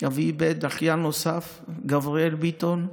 אבי איבד אחיין נוסף, גבריאל ביטון,